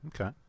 Okay